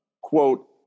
quote